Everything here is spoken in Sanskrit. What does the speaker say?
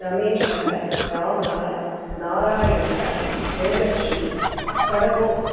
रमेशः रामः नारायणः रङ्गश्री षड्गोपः